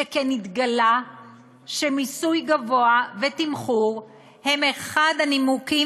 שכן נתגלה שמיסוי גבוה ותמחור הם אחד הנימוקים